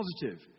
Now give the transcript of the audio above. positive